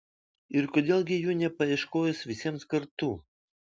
ir kodėl gi jų nepaieškojus visiems kartu